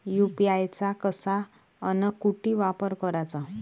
UPI चा कसा अन कुटी वापर कराचा?